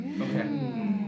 Okay